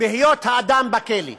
בהיות האדם בכלא.